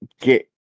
get